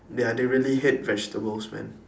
ya they really hate vegetables man